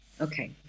Okay